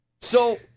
So-